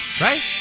right